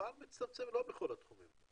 הפער מצטמצם לא בכל התחומים.